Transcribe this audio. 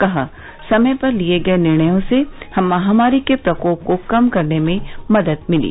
कहा समय पर लिए गये निर्णयों से महामारी के प्रकोप को कम करने में मदद मिली